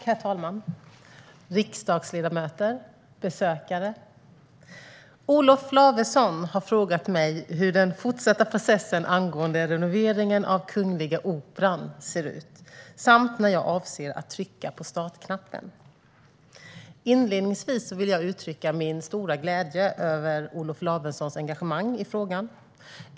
Herr talman, riksdagsledamöter och besökare! Olof Lavesson har frågat mig hur den fortsatta processen angående renoveringen av Kungliga Operan ser ut samt när jag avser att trycka på startknappen. Inledningsvis vill jag uttrycka min stora glädje över Olof Lavessons engagemang i frågan.